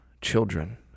children